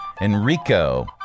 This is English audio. Enrico